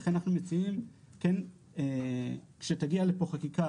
לכן אנחנו מציעים כן שכשתגיע לפה חקיקה